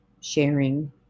sharing